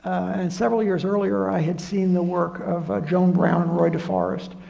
and several years earlier, i had seen the work of joan brown and roy de forest,